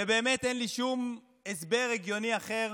ובאמת אין לי שום הסבר הגיוני אחר